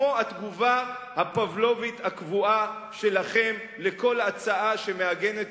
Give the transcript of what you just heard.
התגובה הפבלובית הקבועה שלכם לכל הצעה שמעגנת